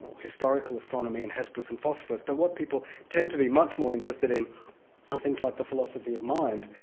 historical astronomy and hesperus and phosphorus, but what people tend to be much more interested in are things like the philosophy of mind,